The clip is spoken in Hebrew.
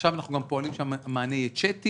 עכשיו אנחנו גם פועלים למענה בצ'אט,